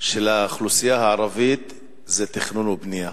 של האוכלוסייה הערבית היא תכנון ובנייה.